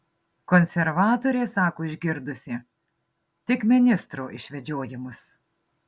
konservatorė sako išgirdusi tik ministro išvedžiojimus